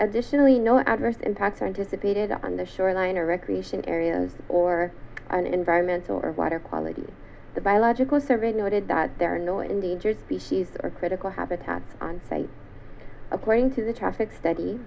additionally no adverse impacts on dissipated on the shoreline or recreation area or an environment or water quality the biological survey noted that there are no endangered species or critical habitat on site according to the traffic st